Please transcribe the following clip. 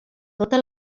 tota